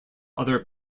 other